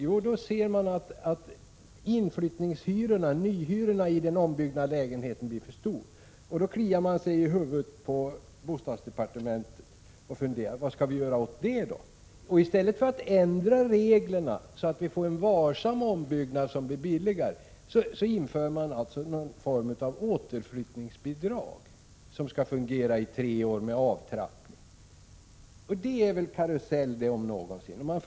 Jo, när man på bostadsdepartementet ser att inflyttningshyrorna, nyhyrorna i ombyggda lägenheter, blir för höga, kliar man sig i huvudet och funderar på vad man skall göra åt saken. I stället för att ändra reglerna så, att vi får en varsam ombyggnad — som blir billigare — inför man alltså någon form av återflyttningsbidrag som skall fungera under tre år, med avtrappning. Men då, om någonsin, är det väl fråga om en karusell.